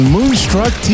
Moonstruck